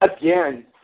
Again